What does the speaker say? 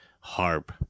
harp